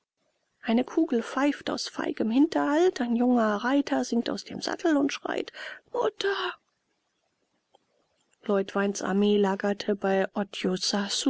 eine kugel pfeift aus feigem hinterhalt ein junger reiter sinkt aus dem sattel und schreit mutter leutweins heer lagerte bei